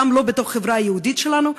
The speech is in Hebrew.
גם לא בתוך החברה היהודית שלנו,